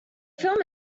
film